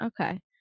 okay